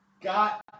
Got